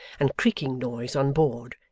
and creaking noise on board,